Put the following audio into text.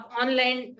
online